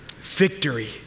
Victory